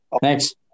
Thanks